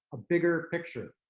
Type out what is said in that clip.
a bigger picture.